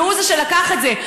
והוא שלקח את זה,